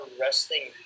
resting